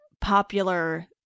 popular